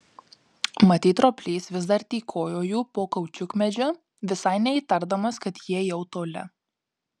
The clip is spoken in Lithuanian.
matyt roplys vis dar tykojo jų po kaučiukmedžiu visai neįtardamas kad jie jau toli